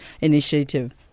initiative